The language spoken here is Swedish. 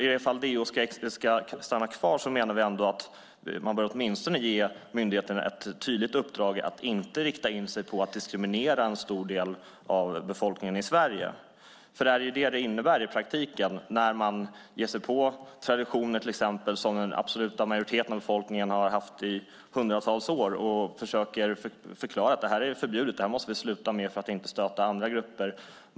Ifall DO ska stanna kvar menar vi att man åtminstone behöver ge myndigheten ett tydligt uppdrag att inte rikta in sig på att diskriminera en stor del av befolkningen i Sverige. Det är vad det i praktiken innebär när man ger sig på traditioner som den absoluta majoriteten av befolkningen har haft i hundratals år och försöker förklara att de är förbjudna, det måste vi sluta med för att inte stöta med andra grupper.